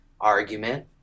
argument